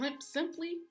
simply